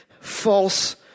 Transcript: false